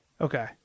Okay